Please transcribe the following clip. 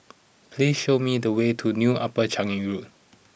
please show me the way to New Upper Changi Road